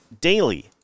daily